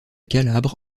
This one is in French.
calabre